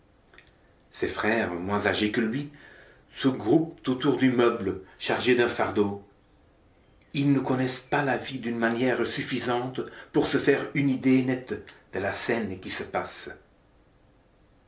ses frères moins âgés que lui se groupent autour du meuble chargé d'un fardeau ils ne connaissent pas la vie d'une manière suffisante pour se faire une idée nette de la scène qui se passe